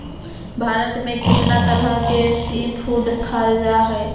भारत में कितना तरह के सी फूड खाल जा हई